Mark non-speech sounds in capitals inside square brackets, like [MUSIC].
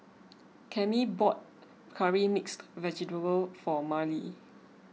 [NOISE] Cami bought Curry Mixed Vegetable for Marlee